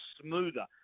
smoother